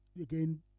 again